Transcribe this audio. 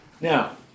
Now